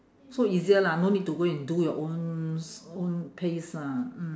so easier lah no need to go and do your own s~ own paste lah mm